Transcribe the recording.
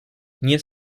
nie